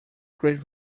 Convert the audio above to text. great